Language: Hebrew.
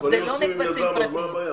זה לא מקצבים פרטיים.